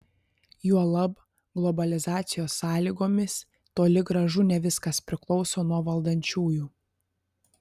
juolab globalizacijos sąlygomis toli gražu ne viskas priklauso nuo valdančiųjų